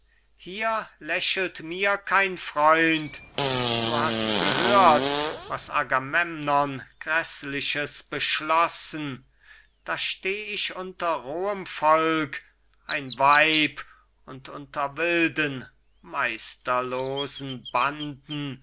hier lächelt mir kein freund du hast gehört was agamemnon gräßliches beschlossen da steh ich unter rohem volk ein weib und unter wilden meisterlosen banden